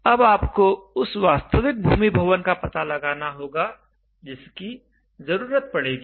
अब आपको उस वास्तविक भूमि भवन का पता लगाना होगा जिसकी ज़रूरत पड़ेगी